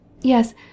Yes